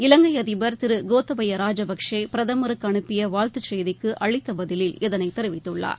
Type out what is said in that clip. இலங்கை அதிபர் திரு கோத்தபையா ராஜபக்ஷே பிரதமருக்கு அனுப்பிய வாழ்த்துச் செய்திக்கு அளித்த பதிலில் இதனைத் தெரிவித்துள்ளார்